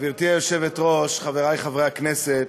גברתי היושבת-ראש, חברי חברי הכנסת,